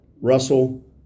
Russell